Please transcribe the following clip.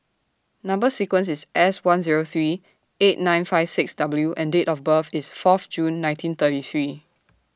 Number sequence IS S one Zero three eight nine five six W and Date of birth IS Fourth June nineteen thirty three